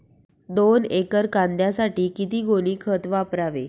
दोन एकर कांद्यासाठी किती गोणी खत वापरावे?